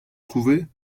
trouver